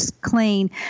clean